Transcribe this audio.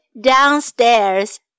downstairs